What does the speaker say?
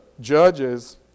Judges